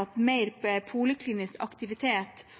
at mer poliklinisk aktivitet også har vært en ønsket utvikling, og det henger sammen med